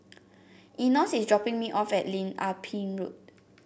Enos is dropping me off at Lim Ah Pin Road